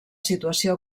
situació